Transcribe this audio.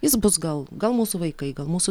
jis bus gal gal mūsų vaikai gal mūsų